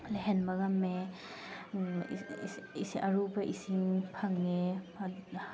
ꯂꯩꯍꯟꯕ ꯉꯝꯃꯦ ꯑꯔꯨꯕ ꯏꯁꯤꯡ ꯐꯪꯉꯦ